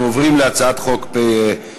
אנחנו עוברים להצעת חוק 772,